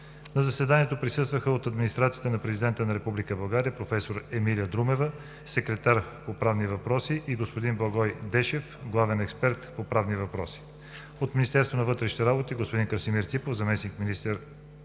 На заседанието присъстваха: от Администрацията на Президента на Република България – професор Емилия Друмева – секретар по правни въпроси, и господин Благой Дешев – главен експерт по правни въпроси; от Министерството на вътрешните работи: господин Красимир Ципов – заместник-министър;